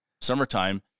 summertime